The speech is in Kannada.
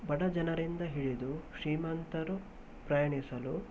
ಬಡ ಜನರಿಂದ ಹಿಡಿದು ಶ್ರೀಮಂತರು ಪ್ರಯಾಣಿಸಲು